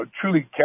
truly